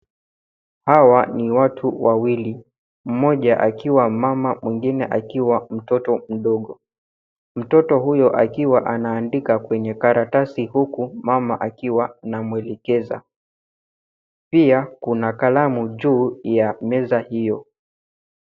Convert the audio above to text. Hawa ni watu Wawili. Mmoja akiwa mama mwingine akiwa mtoto mdogo. Mtoto huyo akiwa anaandika kwenye karatasi huku mama akiwa anamwelekeza. Pia kuna kalamu juu ya meza hiyo.